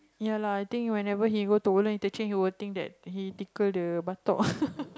ya lah I think whenever he go to Woodland Interchange he will think that he tickle the buttock